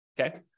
Okay